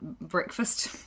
breakfast